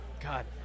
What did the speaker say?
God